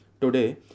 today